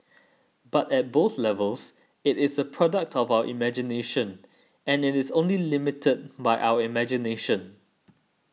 but at both levels it is a product of our imagination and it is only limited by our imagination